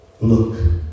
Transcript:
look